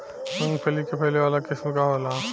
मूँगफली के फैले वाला किस्म का होला?